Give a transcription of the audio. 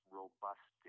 robust